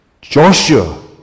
Joshua